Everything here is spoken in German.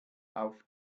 auf